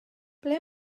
ble